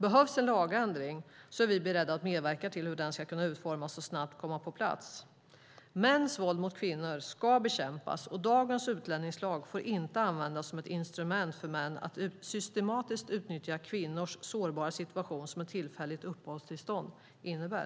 Behövs en lagändring är vi beredda att medverka till hur den ska kunna utformas och snabbt komma på plats. Mäns våld mot kvinnor ska bekämpas, och dagens utlänningslag får inte användas som ett instrument för män att systematiskt utnyttja kvinnors sårbara situation som ett tillfälligt uppehållstillstånd innebär.